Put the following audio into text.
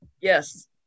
Yes